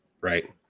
right